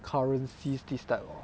currencies this type lor